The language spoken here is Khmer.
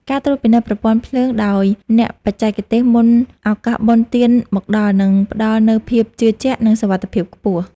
ការត្រួតពិនិត្យប្រព័ន្ធភ្លើងដោយអ្នកបច្ចេកទេសមុនឱកាសបុណ្យទានមកដល់នឹងផ្តល់នូវភាពជឿជាក់ និងសុវត្ថិភាពខ្ពស់។